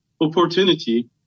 opportunity